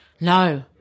No